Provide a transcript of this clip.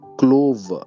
clove